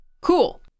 Cool